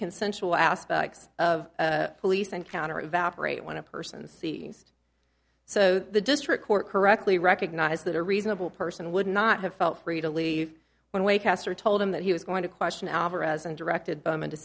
consensual aspects of a police encounter evaporate when a person's so the district court correctly recognized that a reasonable person would not have felt free to leave one way caster told him that he was going to question alvarez and directed berman to